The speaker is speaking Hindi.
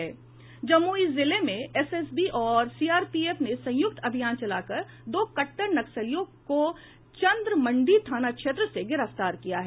जमुई जिले में एसएसबी और सीआरपीएफ ने संयुक्त अभियान चलाकर दो कट्टर नक्सलियों को चंद्रमंडीह थाना क्षेत्र से गिरफ्तार किया है